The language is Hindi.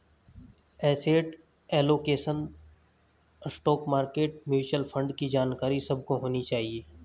asset allocation, stock market, mutual fund की जानकारी सबको होनी चाहिए